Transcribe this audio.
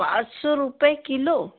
पाँच सौ रूपये किलो